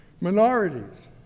minorities